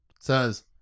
says